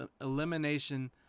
elimination